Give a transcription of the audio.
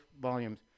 volumes